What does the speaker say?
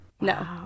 No